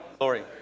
Lori